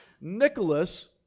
Nicholas